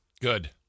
Good